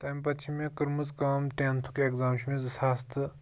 تَمہِ پَتہٕ چھِ مےٚ کٔرمٕژ کٲم ٹینتھُک ایکزام چھُ مےٚ زٕ ساس تہٕ